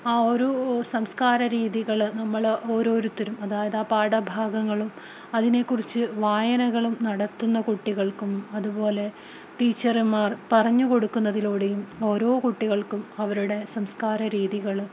ആ ഓരോ സംസ്കാര രീതികള് നമ്മളോരോരുത്തരും അതായത് ആ പാഠഭാഗങ്ങളും അതിനെക്കുറിച്ച് വായനകളും നടത്തുന്ന കുട്ടികൾക്കും അതുപോലെ ടീച്ചർമാര് പറഞ്ഞുകൊടുക്കുന്നതിലൂടെയും ഓരോ കുട്ടികൾക്കും അവരുടെ സംസ്കാരരീതികള്